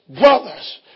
brothers